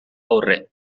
aurre